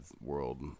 world